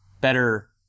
better